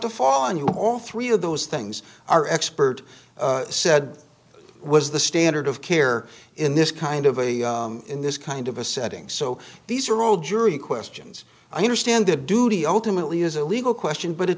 to fall on you all three of those things are expert said was the standard of care in this kind of a in this kind of a setting so these are all jury questions i understand the duty ultimately is a legal question but it